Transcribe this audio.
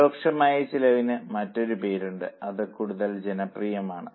പരോക്ഷമായ ചിലവിന് മറ്റൊരു പേരുണ്ട് അത് കൂടുതൽ ജനപ്രിയമാണ്